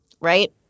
right